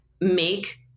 make